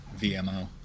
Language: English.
VMO